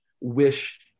wish